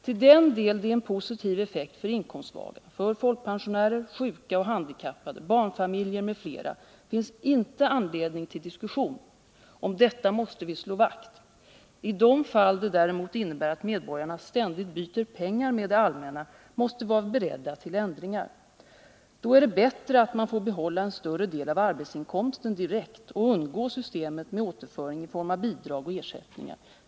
Till den del det är en positiv effekt för inkomstsvaga — för folkpensionärer, sjuka och handikappade, barnfamiljer m.fl. finns inte anledning till diskussion. Om detta måste vi slå vakt. I de fall det däremot innebär att medborgarna ständigt byter pengar med det allmänna måste vi vara beredda till ändringar. Då är det bättre att man får behålla en större del av arbetsinkomsten direkt och undgå systemet med återföring i form av bidrag och ersättningar.